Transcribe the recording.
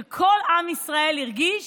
שכל עם ישראל הרגיש